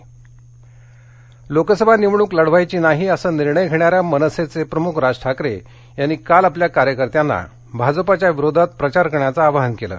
राज ठाकरे लोकसभा निवडणूक लढवायची नाही असा निर्णय धेणार या मनसेचे प्रमुख राज ठाकरे यांनी काल आपल्या कार्यकर्त्यांना भाजपच्या विरोधात प्रचार करण्याचं आवाहन केलं